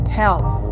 health